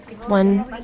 One